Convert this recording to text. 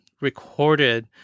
recorded